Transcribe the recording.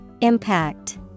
Impact